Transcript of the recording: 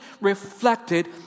reflected